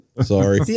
Sorry